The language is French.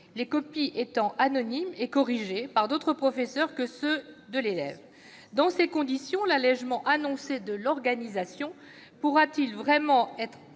les copies étant anonymes et corrigées par d'autres professeurs que ceux de l'élève. Dans ces conditions, l'allégement annoncé de l'organisation pourra-t-il vraiment être